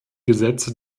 gesetze